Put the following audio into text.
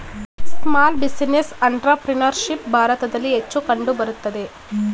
small business entrepreneurship ಭಾರತದಲ್ಲಿ ಹೆಚ್ಚು ಕಂಡುಬರುತ್ತದೆ